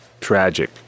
tragic